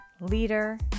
leader